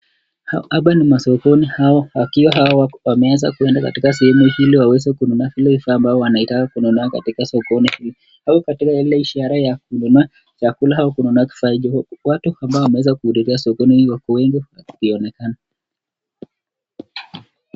Hapa ni masokoni, wakiwa hawa wameeza kuenda katika sehemu hilo ili waweze kununua zile vifaa ambayo wanaitaka kununua katika sokoni hii, au katika ile ishara ya kununua chakula au kununua kifaa hicho. Watu ambao wameweza kuhudhuria sokoni wako wengi wakionekana.